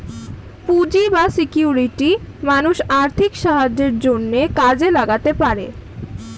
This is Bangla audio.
পুঁজি বা সিকিউরিটি মানুষ আর্থিক সাহায্যের জন্যে কাজে লাগাতে পারে